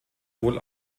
wohl